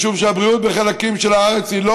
משום שהבריאות בחלקים של הארץ היא לא